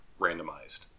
randomized